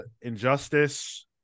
Injustice